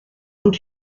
und